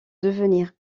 devenir